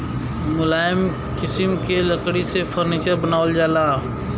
मुलायम किसिम क लकड़ी से फर्नीचर बनावल जाला